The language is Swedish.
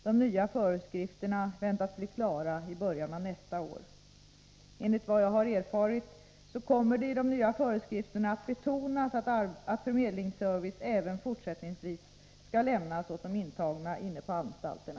De nya föreskrifterna väntas bli klara i början av nästa år. Enligt vad jag har erfarit kommer det i de nya föreskrifterna att betonas att förmedlingsservice även fortsättningsvis skall lämnas åt de intagna inne på anstalterna.